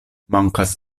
mankas